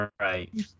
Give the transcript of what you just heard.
Right